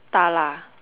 da-la